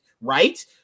right